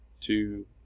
two